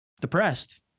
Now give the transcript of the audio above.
depressed